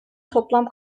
toplam